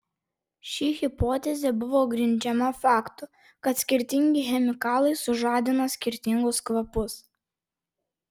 ši hipotezė buvo grindžiama faktu kad skirtingi chemikalai sužadina skirtingus kvapus